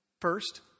first